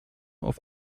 auf